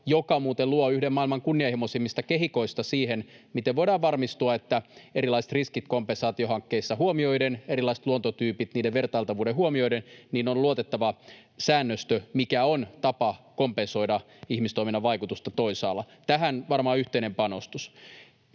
joka muuten luo yhden maailman kunnianhimoisimmista kehikoista siihen, miten voidaan varmistua, erilaiset riskit kompensaatiohankkeissa huomioiden, erilaiset luontotyypit ja niiden vertailtavuus huomioiden, että on luotettava säännöstö, mikä on tapa kompensoida ihmistoiminnan vaikutusta toisaalla. Tähän on varmaan yhteinen panostus.